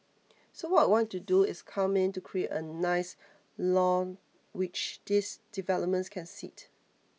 so what we want to do is come in to create a nice lawn which these developments can sit